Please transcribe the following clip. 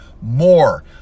more